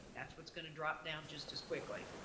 that's what's going to drop down just as quickly.